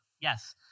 Yes